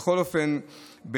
בכל אופן,